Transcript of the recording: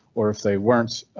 or if they weren't,